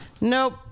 Nope